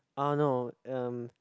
ah no um